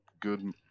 good